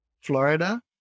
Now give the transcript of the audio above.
Florida